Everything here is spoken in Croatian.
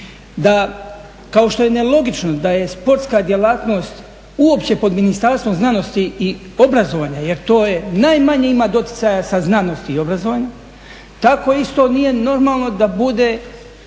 Da, kao što je nelogično da je sportska djelatnost uopće pod Ministarstvom znanosti i obrazovanja jer to je, najmanje ima doticaja sa znanosti i obrazovanjem. Tako isto nije normalno da bude,